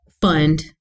fund